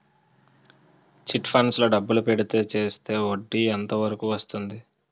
Chit funds లో డబ్బులు పెడితే చేస్తే వడ్డీ ఎంత వరకు వస్తుంది?